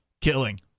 Killing